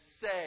say